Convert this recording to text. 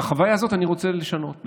את החוויה הזאת אני רוצה לשנות,